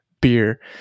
beer